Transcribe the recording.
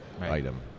item